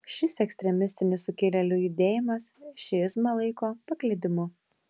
šis ekstremistinis sukilėlių judėjimas šiizmą laiko paklydimu